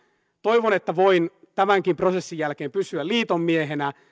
toivon että voin tämänkin prosessin jälkeen pysyä liiton miehenä